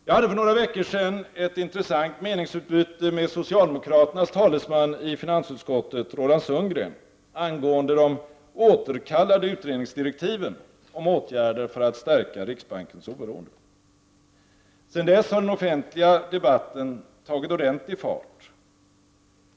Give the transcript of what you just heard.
Jag hade för några veckor sedan ett intressant meningsutbyte med socialdemokraternas talesman i finansutskottet, Roland Sundgren, angående de återkallade utredningsdirektiven om åtgärder för att stärka riksbankens oberoende. Sedan dess har den offentliga debatten tagit ordentlig fart.